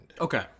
Okay